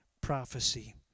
prophecy